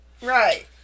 Right